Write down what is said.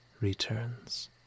returns